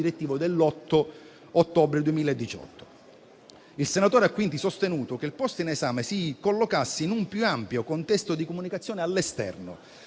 direttivo dell'8 ottobre 2018. Il senatore ha quindi sostenuto che il *post* in esame si collocasse in un più ampio contesto di comunicazione all'esterno